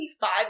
five